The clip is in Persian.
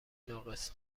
ناقص